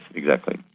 exactly.